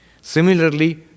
Similarly